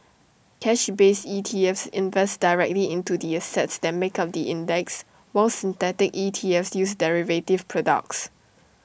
cash based ETFs invest directly into the assets that make up the index while synthetic ETFs use derivative products